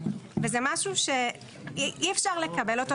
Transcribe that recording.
וזה משהו שאי אפשר לקבל אותו,